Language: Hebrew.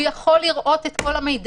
אבל הוא יכול לראות את כל המידע.